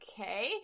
Okay